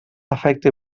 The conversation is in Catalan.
efecte